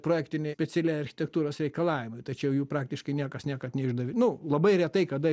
projektiniai specialieji architektūros reikalavimai tačiau jų praktiškai niekas niekad neišdavė nu labai retai kada